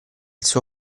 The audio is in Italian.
suo